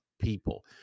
people